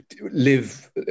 live